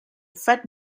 fred